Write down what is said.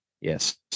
yes